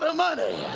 ah money.